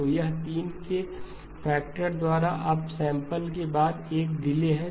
तो यह 3 के फैक्टर द्वारा अपसैंपल के बाद एक डिले है